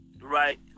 right